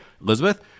Elizabeth